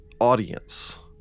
audience